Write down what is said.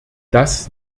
das